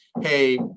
hey